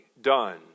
done